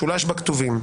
שולש בכתובים,